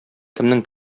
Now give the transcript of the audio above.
кемнең